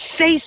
say